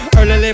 Early